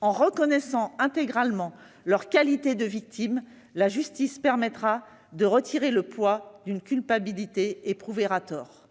en reconnaissant intégralement leur qualité de victime, la justice les libérera du poids d'une culpabilité éprouvée à tort.